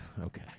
Okay